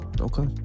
Okay